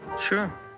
Sure